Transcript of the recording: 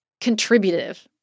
contributive